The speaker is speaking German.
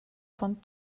von